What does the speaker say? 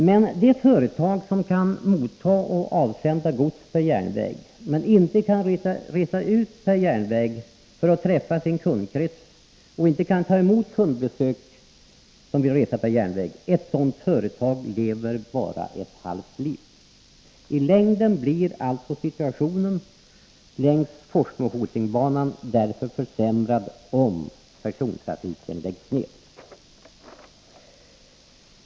Men det företag som kan motta och avsända gods per järnväg men vars representanter inte kan resa ut per järnväg för att träffa sin kundkrets och inte kan ta emot kunder som vill resa per järnväg, lever bara ett halvt liv. I längden blir alltså situationen längs Forsmo-Hotingbanan därför försämrad om personatrafiken läggs ner.